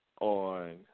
on